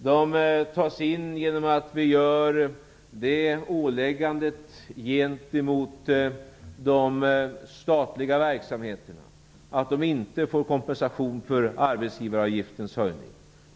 De tas in genom åläggandet gentemot de statliga verksamheterna, att de inte får kompensation för arbetsgivaravgiftens höjning.